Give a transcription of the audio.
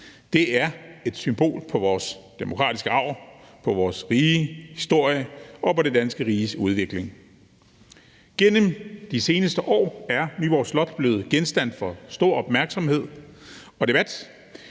Det er et symbol på vores demokratiske arv, på vores rige historie og på det danske riges udvikling. Gennem de seneste år er Nyborg Slot blevet genstand for stor opmærksomhed og debat,